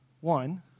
one